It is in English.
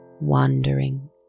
Wandering